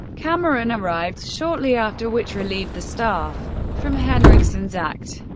cameron arrived shortly after which relieved the staff from henriksen's act.